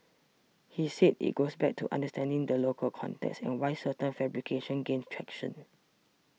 he said it goes back to understanding the local context and why certain fabrications gain traction